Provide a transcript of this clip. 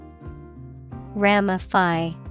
Ramify